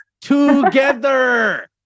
together